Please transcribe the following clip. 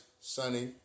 sunny